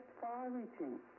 far-reaching